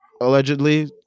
allegedly